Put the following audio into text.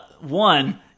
One